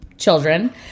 children